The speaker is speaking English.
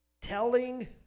telling